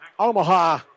Omaha